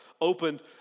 opened